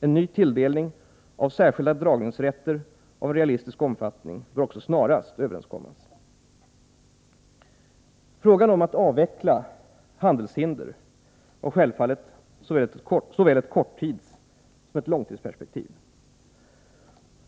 En ny tilldelning av särskilda dragningsrätter av realistisk omfattning bör också snarast överenskommas. Frågan om att avveckla handelshinder har självfallet såväl ett korttidssom ett långtidsperspektiv.